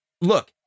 look